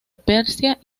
persia